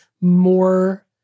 more